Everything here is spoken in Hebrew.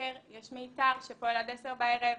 מ-08:00 יש מיתר שפועל עד 22:00 בערב.